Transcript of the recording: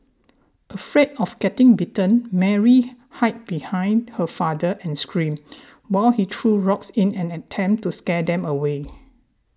afraid of getting bitten Mary hid behind her father and screamed while he threw rocks in an attempt to scare them away